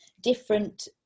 different